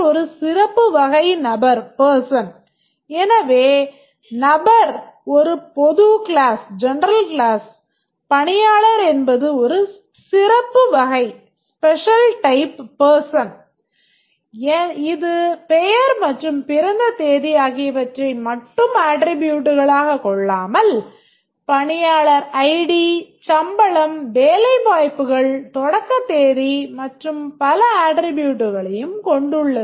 ஒரு நபர் இது பெயர் மற்றும் பிறந்த தேதி ஆகியவற்றை மட்டும் அட்ட்ரிபூட்ஸ் ஆகக் கொள்ளாமல் பணியாளர் id சம்பளம் வேலைவாய்ப்புக்கான தொடக்க தேதி மற்றும் பல அட்ட்ரிபூட்ஸ்களையும் கொண்டுள்ளது